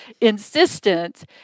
insistent